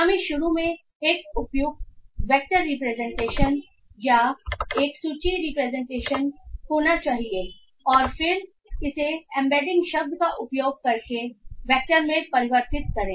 हमें शुरू में एक उपयुक्त वेक्टर रिप्रेजेंटेशन या एक सूची रिप्रेजेंटेशन होना चाहिए और फिर इसे एम्बेडिंग शब्द का उपयोग करके वेक्टर में परिवर्तित करें